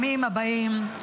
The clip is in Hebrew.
בימים הבאים,